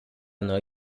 hanno